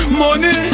money